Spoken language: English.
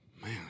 Man